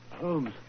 Holmes